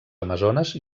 amazones